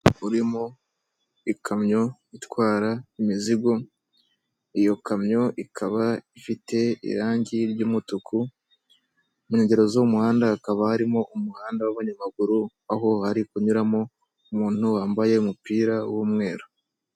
Umuhanda urimo ikamyo itwara imizigo iyo kamyo ikaba ifite irangi ry'umutuku mukengero z'umuhanda hakaba harimo umuhanda w'abamaguru aho hari kunyuramo umuntu wambaye umupira w'umweru.